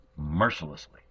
mercilessly